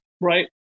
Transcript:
right